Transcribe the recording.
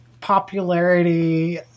popularity